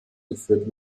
geführt